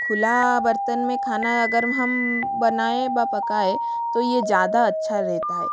खुला बर्तन में खाना अगर हम बनाए वा पकाए तो ये ज़्यादा अच्छा रहता हैं